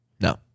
no